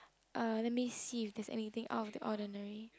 uh let me see if there is anything out of the ordinary